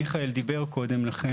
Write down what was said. מיכאל דיבר קודם לכן,